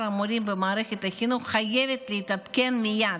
המורים במערכת החינוך חייבת להתעדכן מייד,